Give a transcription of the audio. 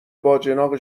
باجناق